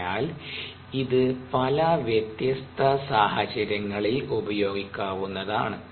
അതിനാൽ ഇത് പല വ്യത്യസ്ത സാഹചര്യങ്ങളിൽ ഉപയോഗിക്കാവുന്നതാണ്